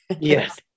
Yes